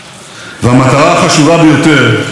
שחרתה על דגלה את השמדת ישראל.